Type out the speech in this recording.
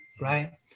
right